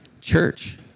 Church